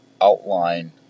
outline